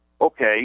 Okay